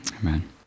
Amen